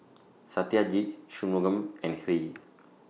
Satyajit Shunmugam and Hri